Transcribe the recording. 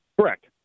Correct